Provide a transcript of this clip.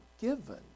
given